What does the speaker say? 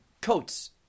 coats